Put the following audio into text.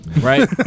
right